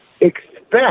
expect